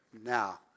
now